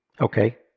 Okay